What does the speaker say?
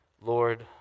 Lord